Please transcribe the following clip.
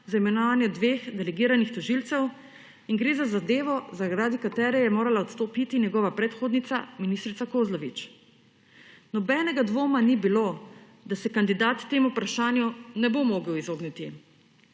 za imenovanje dveh delegiranih tožilcev in gre za zadevo zaradi katere je morala odstopiti njegova predhodnica, ministrica Kozlovič. Nobenega dvoma ni bilo, da se kandidat temu vprašanju ne bo mogel izogniti.